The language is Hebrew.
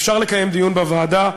אפשר לקיים לדיון בוועדה,